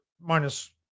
minus